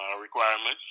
requirements